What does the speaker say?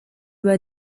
were